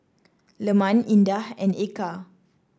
Leman Indah and Eka